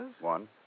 One